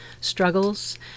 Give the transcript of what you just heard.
struggles